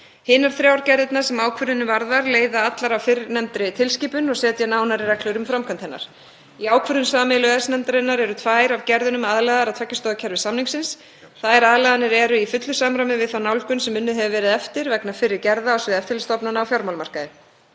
Hinar þrjár gerðirnar sem ákvörðunin varðar leiða allar af fyrrnefndri tilskipun og setja nánari reglur um framkvæmd hennar. Í ákvörðun sameiginlegu EES-nefndarinnar eru tvær af gerðunum aðlagaðar að tveggja stoða kerfi samningsins. Þær aðlaganir eru í fullu samræmi við þá nálgun sem unnið hefur verið eftir vegna fyrri gerða á sviði eftirlitsstofnana á fjármálamarkaði.